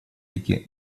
таки